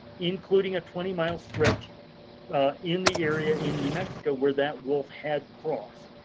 including a twenty mile stretch in the area in new mexico where that wolf had crossed.